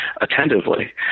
attentively